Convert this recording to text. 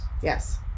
Yes